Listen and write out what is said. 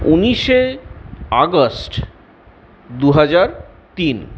উনিশে আগস্ট দুহাজার তিন